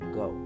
go